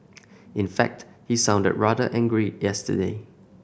in fact he sounded rather angry yesterday